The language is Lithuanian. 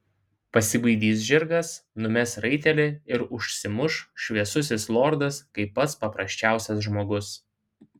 pasibaidys žirgas numes raitelį ir užsimuš šviesusis lordas kaip pats paprasčiausias žmogus